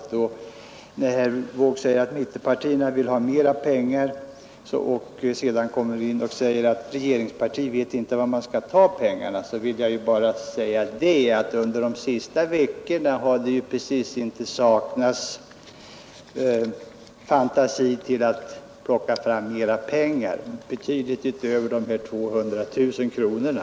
Med anledning av att herr Wååg säger att mittenpartierna vill ha mera pengar och vidare säger att regeringspartiet inte vet var man skall ta pengarna vill jag bara nämna att under de senaste veckorna det från det hållet inte precis har saknats fantasi till att plocka fram pengar, betydligt mer än de här 200 000 kronorna.